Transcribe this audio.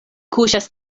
kuŝas